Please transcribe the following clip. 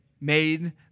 made